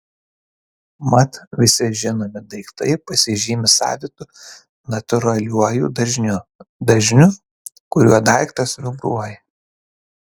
mat visi žinomi daiktai pasižymi savitu natūraliuoju dažniu dažniu kuriuo daiktas vibruoja